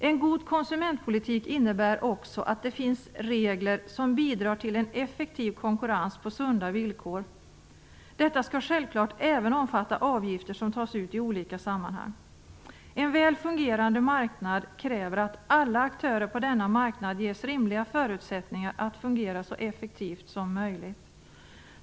En god konsumentpolitik innebär också att det finns regler som bidrar till en effektiv konkurrens på sunda villkor. Detta skall självklart även omfatta avgifter som tas ut i olika sammanhang. En väl fungerande marknad kräver att alla aktörer på denna marknad ges rimliga förutsättningar att fungera så effektivt som möjligt.